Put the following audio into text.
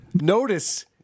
Notice